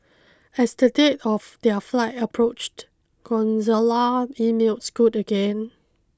as the date of their flight approached emailed Scoot again